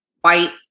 White